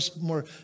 more